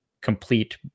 complete